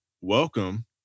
welcome